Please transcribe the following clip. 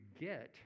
get